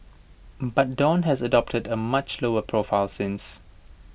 but dawn has adopted A much lower profile since